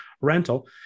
rental